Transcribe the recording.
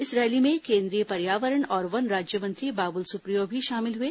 इस रैली में केन्द्रीय पर्यावरण और वन राज्यमंत्री बाबुल सुप्रियो भी शामिल हुए